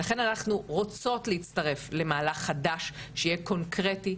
ולכן אנחנו רוצות להצטרף למהלך חדש שיהיה קונקרטי,